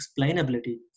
explainability